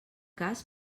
cas